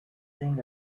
think